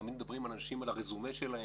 תמיד מדברים על הרזומה של האנשים,